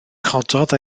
cododd